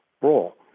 role